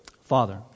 Father